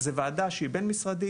זו ועדה בין-משרדית.